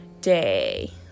day